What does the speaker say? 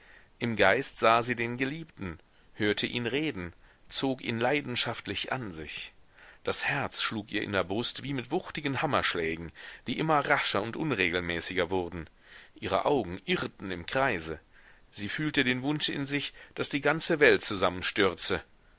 im geist sah sie den geliebten hörte ihn reden zog ihn leidenschaftlich an sich das herz schlug ihr in der brust wie mit wuchtigen hammerschlägen die immer rascher und unregelmäßiger wurden ihre augen irrten im kreise sie fühlte den wunsch in sich daß die ganze welt zusammenstürze